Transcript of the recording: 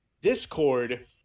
Discord